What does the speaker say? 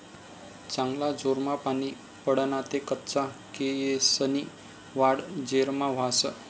चांगला जोरमा पानी पडना ते कच्चा केयेसनी वाढ जोरमा व्हस